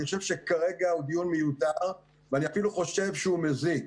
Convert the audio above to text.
אני חושב שכרגע הוא דיון מיותר ואני חושב שהוא אפילו מזיק.